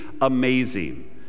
amazing